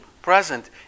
present